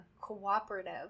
cooperative